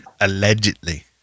allegedly